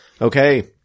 Okay